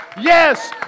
Yes